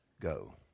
go